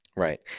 Right